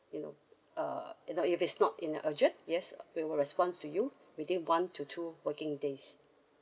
in err you know if it's not in urgent yes we will respond to you within one to two working days